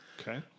Okay